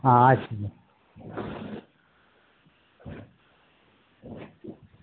হ্যাঁ আচ্ছা